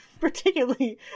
particularly